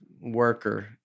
worker